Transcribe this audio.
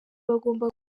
bagomba